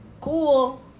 cool